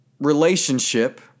relationship